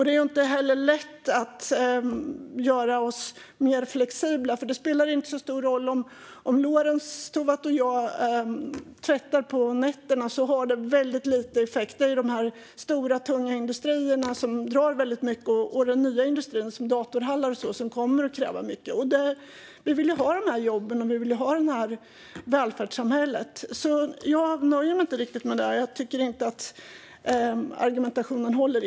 Det är inte heller lätt att göra oss mer flexibla. Det spelar inte så stor roll om Lorentz Tovatt och jag tvättar på nätterna. Det har en väldigt liten effekt. Det är de stora, tunga industrierna och den nya industrin, som datorhallar och så vidare, som kommer att kräva mycket. Vi vill ha dessa jobb, och vi vill ha välfärdssamhället. Därför nöjer jag mig inte riktigt med detta. Jag tycker inte riktigt att argumentationen håller.